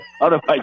otherwise